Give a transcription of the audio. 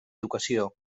educació